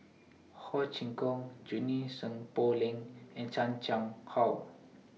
Ho Chee Kong Junie Sng Poh Leng and Chan Chang How